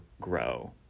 grow